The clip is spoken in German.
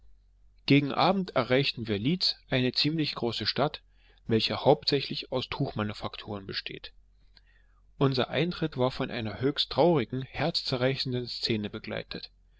gegen abend erreichten wir leeds eine ziemlich große stadt welche hauptsächlich aus tuchmanufakturen besteht unser eintritt war von einer höchst traurigen herzzerreißenden szene begleitet